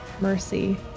mercy